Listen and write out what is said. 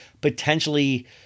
potentially